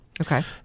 Okay